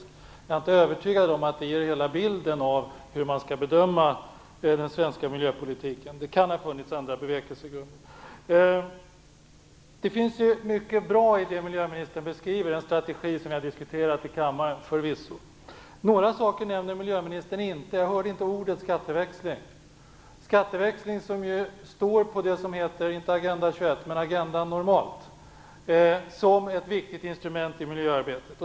Jag är emellertid inte övertygad om att det exemplet ger hela bilden av hur den svenska miljöpolitiken skall bedömas, utan det kan ha funnits andra bevekelsegrunder. Det fanns mycket bra i miljöministerns beskrivning - det rör sig förvisso om en strategi som vi har diskuterat i kammaren. Några saker nämnde miljöministern inte. Jag hörde inte ordet skatteväxling. Skatteväxling finns inte med på Agenda 21, men det finns normalt sett med på agendan, som ett viktigt instrument i miljöarbetet.